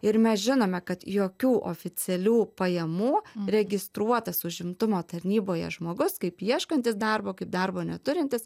ir mes žinome kad jokių oficialių pajamų registruotas užimtumo tarnyboje žmogus kaip ieškantis darbo kaip darbo neturintis